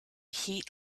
heat